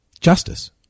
justice